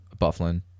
Bufflin